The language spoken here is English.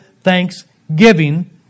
thanksgiving